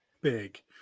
big